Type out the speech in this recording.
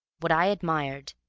what i admired,